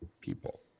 people